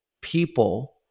people